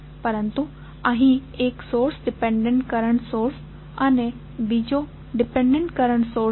પરંતુ અહીં એક સોર્સ ઇંડિપેંડેન્ટ કરંટ સોર્સ અને બીજો ડિપેન્ડેન્ટ કરંટ સોર્સ છે